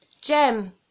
Jem